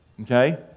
Okay